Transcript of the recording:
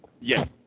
Yes